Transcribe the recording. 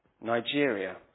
Nigeria